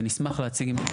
ונשמח להציג.